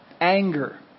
Anger